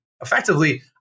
effectively